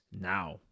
now